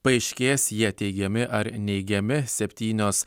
paaiškės jie teigiami ar neigiami septynios